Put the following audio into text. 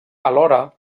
alhora